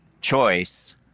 choice